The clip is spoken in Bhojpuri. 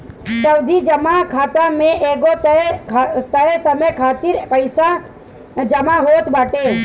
सावधि जमा खाता में एगो तय समय खातिर पईसा जमा होत बाटे